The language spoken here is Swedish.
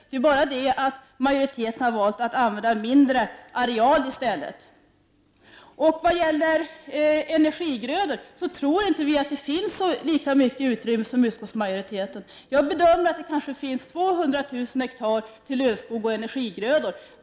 Det är bara det att majoriteten har valt att använda mindre areal. När det gäller energigrödor tror inte vi att det finns lika mycket utrymme som utskottsmajoriteten tror. Jag bedömer att det kanske finns 200 000 hektar till lövskog och energigrödor.